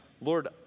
Lord